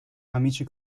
amici